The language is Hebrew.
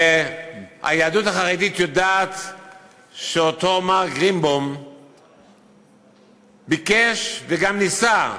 והיהדות החרדית יודעת שאותו מר גרינבוים ביקש וגם ניסה,